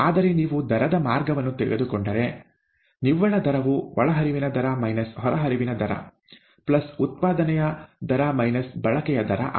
ಆದರೆ ನೀವು ದರದ ಮಾರ್ಗವನ್ನು ತೆಗೆದುಕೊಂಡರೆ ನಿವ್ವಳ ದರವು ಒಳಹರಿವಿನ ದರ ಮೈನಸ್ ಹೊರಹರಿವಿನ ದರ ಪ್ಲಸ್ ಉತ್ಪಾದನೆಯ ದರ ಮೈನಸ್ ಬಳಕೆಯ ದರ ಆಗಿದೆ